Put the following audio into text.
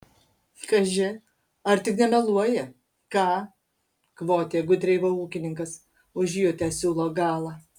kaži ar tik nemeluoji ką kvotė gudreiva ūkininkas užjutęs siūlo galą